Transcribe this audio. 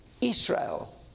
Israel